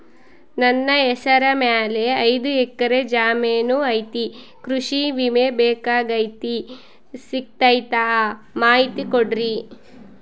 ನನ್ನ ಹೆಸರ ಮ್ಯಾಲೆ ಐದು ಎಕರೆ ಜಮೇನು ಐತಿ ಕೃಷಿ ವಿಮೆ ಬೇಕಾಗೈತಿ ಸಿಗ್ತೈತಾ ಮಾಹಿತಿ ಕೊಡ್ರಿ?